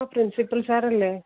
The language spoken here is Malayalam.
ആ പ്രിൻസിപ്പൽ സാറല്ലേ